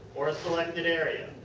or a selected area.